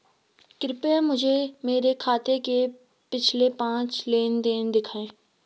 कृपया मुझे मेरे खाते के पिछले पांच लेन देन दिखाएं